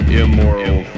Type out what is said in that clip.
immoral